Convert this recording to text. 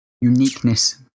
uniqueness